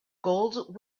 gold